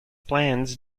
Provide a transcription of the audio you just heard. plans